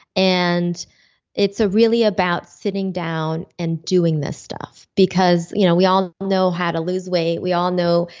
and it's really about sitting down and doing this stuff, because you know we all know how to lose weight, we all know.